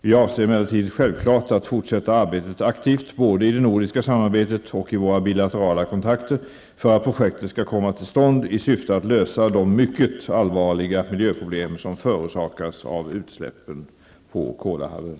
Vi avser emellertid självklart att fortsätta arbeta aktivt, både i det nordiska samarbetet och i våra bilaterala kontakter, för att projektet skall komma till stånd i syfte att lösa de mycket allvarliga miljöproblem som förorsakas av utsläppen på Kolahalvön.